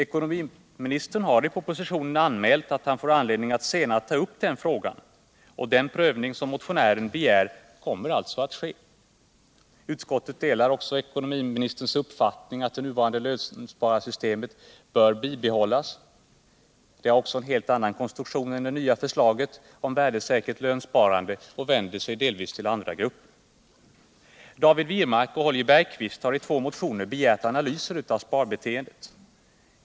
Ekonomiministern har i propositionen anmält att han får anledning att senare ta upp den frågan, och den prövning som motionären begär kommer alltså att ske. Utskottet delar också ekonomiministerns uppfattning att det nuvarande lönspararsystemet bör bibehållas. Det har också en helt annan konstruktion än det nya förslaget om värdesäkert lönsparande och vänder sig delvis till andra grupper. David Wirmark och Holger Bergqvist har i två motioner begärt analyser av sparbeteendet.